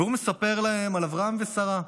והוא מספר להם על אברהם ושרה,